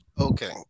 Okay